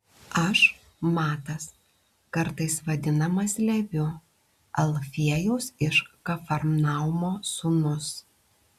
aš matas kartais vadinamas leviu alfiejaus iš kafarnaumo sūnus